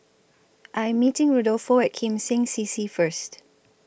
I Am meeting Rodolfo At Kim Seng C C First